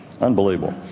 Unbelievable